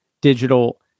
digital